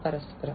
പരസ്പരം